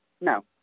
No